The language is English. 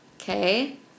Okay